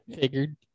Figured